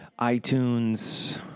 iTunes